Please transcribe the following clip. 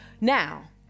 Now